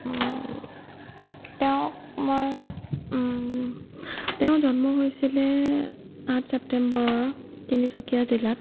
তেওঁক মই তেওঁ জন্ম হৈছিলে আঠ ছেপ্তেম্বৰৰ তিনিচুকীয়া জিলাত